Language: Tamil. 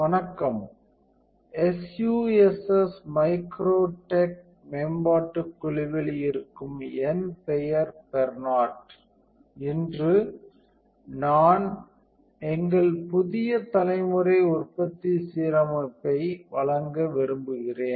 வணக்கம் SUSS மைக்ரோடெக் மேம்பாட்டுக் குழுவில் இருக்கும் என் பெயர் பெர்னார்ட் இன்று நான் எங்கள் புதிய தலைமுறை உற்பத்தி சீரமைப்பை வழங்க விரும்புகிறேன்